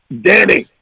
Danny